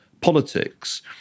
politics